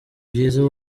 byiza